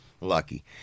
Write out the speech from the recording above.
Lucky